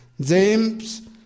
James